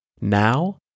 Now